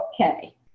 okay